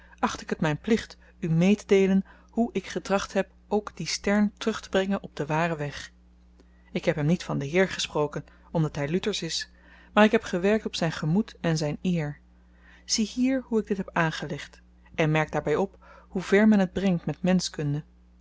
acht ik het myn plicht u meetedeelen hoe ik getracht heb ook dien stern terugtebrengen op den waren weg ik heb hem niet van den heer gesproken omdat hy luthersch is maar ik heb gewerkt op zyn gemoed en zyn eer ziehier hoe ik dit heb aangelegd en merk daarby op hoever men het brengt met